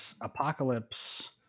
apocalypse